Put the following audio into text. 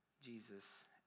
Jesus